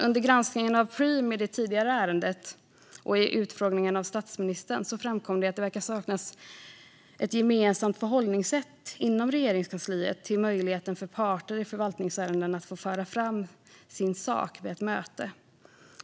Under granskningen av ärendet om Preem och i utfrågningen av statsministern framkom att det verkar saknas ett gemensamt förhållningssätt inom Regeringskansliet när det gäller möjligheten för parter i förvaltningsärenden att få föra fram sin sak vid ett möte.